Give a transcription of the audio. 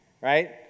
right